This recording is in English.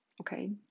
Okay